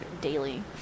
daily